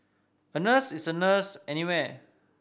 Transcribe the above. a nurse is a nurse anywhere